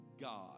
God